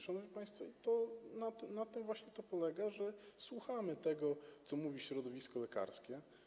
Szanowni państwo, na tym właśnie to polega, że słuchamy tego, co mówi środowisko lekarskie.